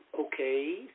okay